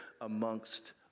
amongst